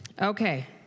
Okay